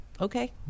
okay